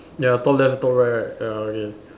ya top left top right right ya okay